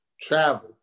travel